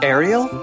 Ariel